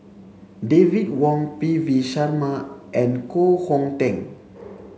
David Wong P V Sharma and Koh Hong Teng